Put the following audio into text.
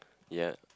ya